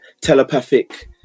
telepathic